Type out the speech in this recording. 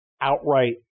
outright